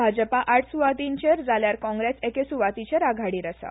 भाजपा आठ सुवातीचेर जाल्यार काँग्रेस एके सुवातीचेर आघाडीर आसा